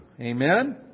Amen